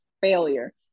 failure